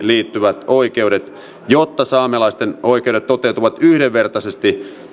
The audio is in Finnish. liittyvät oikeudet jotta saamelaisten oikeudet toteutuvat yhdenvertaisesti